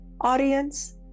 Audience